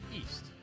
East